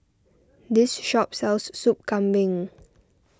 this shop sells Soup Kambing